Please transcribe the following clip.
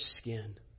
skin